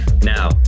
Now